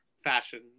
fashion